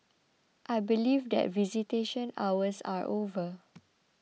I believe that visitation hours are over